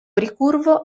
ricurvo